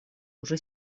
уже